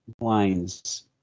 lines